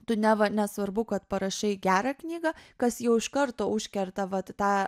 tu neva nesvarbu kad parašai gerą knygą kas jau iš karto užkerta vat tą